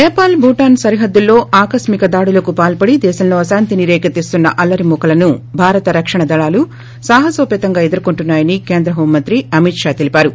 నేపాల్ భూటాన్ సరిహద్దుల్లో ఆకస్టిక దాడులకు పాల్పడి దేశంలో అశాంతిని రేకెత్తిస్తున్న అల్లరిమూకలను భారత రక్షణ దళాలు సాహనోపతంగా ఎదుర్కొంటున్నా యని కేంద్ర హోం మంత్రి అమిత్ షా తెలిపారు